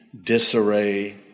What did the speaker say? disarray